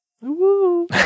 Woo